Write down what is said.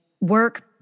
work